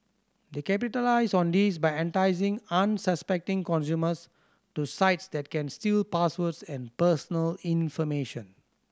they capitalise on this by enticing unsuspecting consumers to sites that can steal passwords and personal information